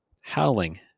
howling